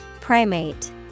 Primate